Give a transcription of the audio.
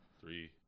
Three